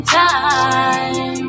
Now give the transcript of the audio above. time